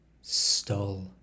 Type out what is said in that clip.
stole